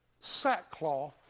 sackcloth